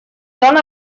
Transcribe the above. dona